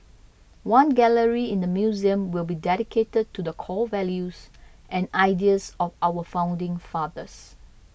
one gallery in the Museum will be dedicated to the core values and ideals of our founding fathers